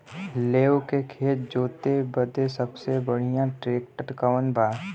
लेव के खेत जोते बदे सबसे बढ़ियां ट्रैक्टर कवन बा?